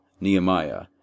Nehemiah